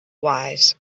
wise